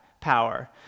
power